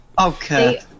Okay